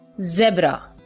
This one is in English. zebra